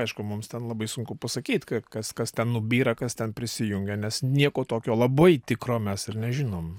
aišku mums ten labai sunku pasakyt kas kas ten nubyra kas ten prisijungia nes nieko tokio labai tikro mes ir nežinom